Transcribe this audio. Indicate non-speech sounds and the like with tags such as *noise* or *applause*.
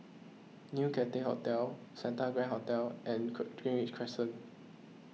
New Cathay Hotel Santa Grand Hotel and *unintelligible* Greenridge Crescent